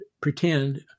pretend